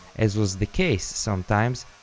as was the case sometimes,